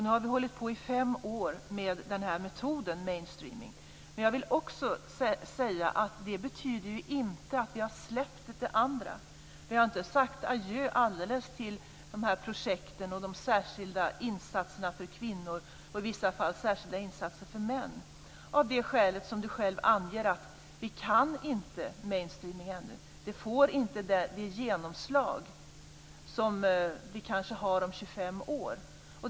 Nu har vi hållit på i fem år med metoden mainstreaming. Men det betyder ju inte att vi har släppt det andra. Vi har inte alldeles sagt adjö till projekt, särskilda insatser för kvinnor och i vissa fall särskilda insatser för män av det skälet som Camilla Sköld Jansson anger, nämligen att vi ännu inte kan detta med mainstreaming. Det får inte det genomslag som det kanske har om 25 år.